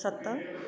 सत